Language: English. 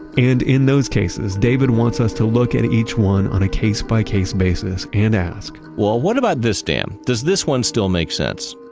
and in those cases, david wants us to look at each one on a case by case basis and ask, well, what about this one? um does this one still make sense?